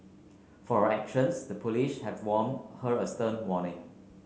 for her actions the have warned her a stern warning